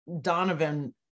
Donovan